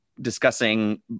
Discussing